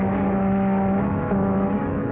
or